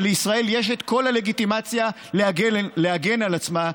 שלישראל יש את כל הלגיטימציה להגן על עצמה,